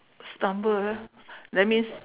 stumble that means